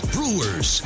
Brewers